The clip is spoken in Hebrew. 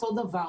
אותו דבר,